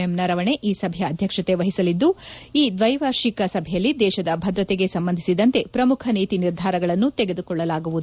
M Naravane ಈ ಸಭೆಯ ಅದ್ಯಕ್ಷತೆ ವಹಿಸಲಿದ್ದು ಈ ದೈವಾರ್ಷಿಕ ಸಭೆಯಲ್ಲಿ ದೇಶದ ಭದ್ರತೆಗೆ ಸಂಬಧಿಸಿದಂತೆ ಪ್ರಮುಖ ನೀತಿ ನಿರ್ಧಾರಗಳನ್ನು ತೆಗೆದುಕೊಳ್ಳಲಾಗುವುದು